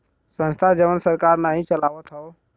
संस्था जवन सरकार नाही चलावत हौ